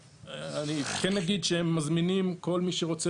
אני כן אגיד שהם מזמינים את כל מי שרוצה